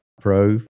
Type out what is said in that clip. pro